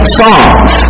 songs